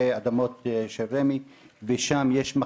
אני